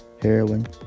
heroin